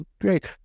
great